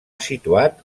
situat